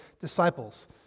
disciples